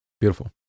beautiful